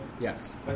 Yes